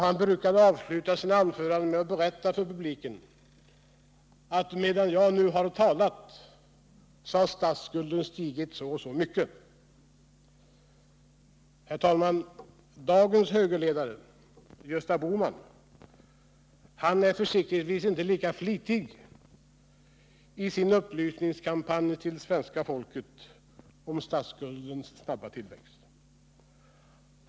Han brukade avsluta sina anföranden med att säga till publiken: Medan jag nu har talat har statsskulden stigit så och så mycket. Dagens högerledare, Gösta Bohman, är försiktigtvis inte lika flitig i sin upplysningskampanj till svenska folket om statsskuldens snabba tillväxt.